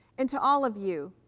and to all of you,